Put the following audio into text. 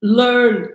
learn